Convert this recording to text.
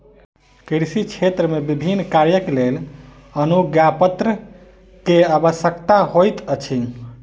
कृषि क्षेत्र मे विभिन्न कार्यक लेल अनुज्ञापत्र के आवश्यकता होइत अछि